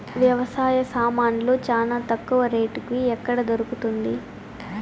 వ్యవసాయ సామాన్లు చానా తక్కువ రేటుకి ఎక్కడ దొరుకుతుంది?